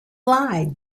lied